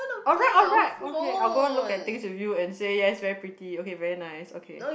alright alright okay I will go look at things with you and said yes very pretty okay very nice okay